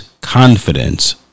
confidence